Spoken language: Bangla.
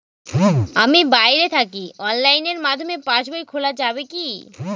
আমি বাইরে থাকি অনলাইনের মাধ্যমে পাস বই খোলা যাবে কি?